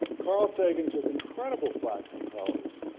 carl sagan took incredible flak from colleagues,